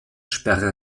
sperre